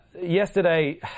yesterday